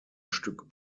stück